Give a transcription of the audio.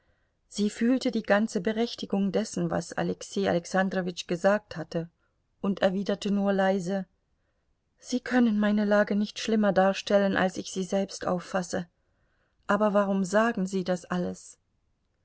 sie fühlte die ganze berechtigung dessen was alexei alexandrowitsch gesagt hatte und erwiderte nur leise sie können meine lage nicht schlimmer darstellen als ich sie selbst auffasse aber warum sagen sie das alles